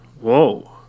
Whoa